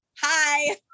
hi